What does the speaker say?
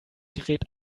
gerät